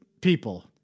people